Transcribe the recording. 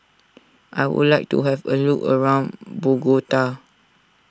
I would like to have a look around Bogota